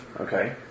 Okay